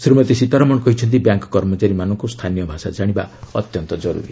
ଶ୍ରୀମତୀ ସୀତାରମଣ କହିଛନ୍ତି ବ୍ୟାଙ୍କ କର୍ମଚାରୀମାନଙ୍କୁ ସ୍ଥାନୀୟ ଭାଷା ଜାଣିବା ଅତ୍ୟନ୍ତ ଜର୍ରରୀ